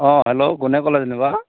hello কোনে ক'লে যেনিবা